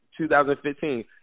2015